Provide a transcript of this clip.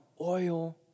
oil